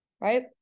right